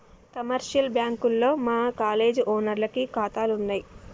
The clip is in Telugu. కమర్షియల్ బ్యాంకుల్లో మా కాలేజీ ఓనర్లకి కాతాలున్నయి